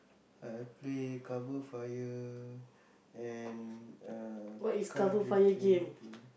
I play cover fire and uh car drifting game